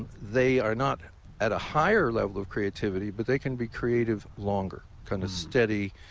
and they are not at a higher level of creativity, but they can be creative longer kind of steady,